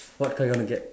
what car you want to get